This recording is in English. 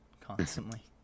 constantly